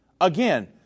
Again